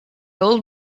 old